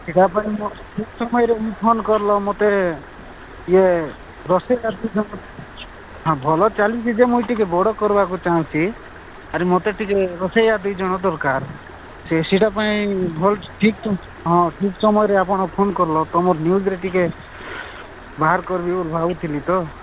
ସେଟା ପାଇଁ ମୁଁ ଠିକ୍ ସମୟରେ ମୁଇଁ ଫୋନ୍ କର୍ଲ ମୋତେ ଇଏ ରୋଷେଆ ହଁ ଭଲ ଚାଲିଛି ଯେ ମୁଇଁ ଟିକେ ବଡ଼ କର୍ବାକୁ ଚାହୁଁଛି ଆରେ ମୋତେ ଟିକେ ରୋଷେଆ ଦୁଇ ଜଣ ଦରକାର ସେ ସେଇଟା ପାଇଁ ଭଲ ଠିକ୍ ହଁ ଠିକ୍ ସମୟରେ ଆପଣ ଫୋନ୍ କର୍ଲ ତମର୍ ନ୍ୟୁଜ୍ରେ ଟିକେ ବାହାର କରିବି ବୋଲି ଭାବୁଥିଲି ତ